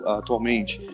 atualmente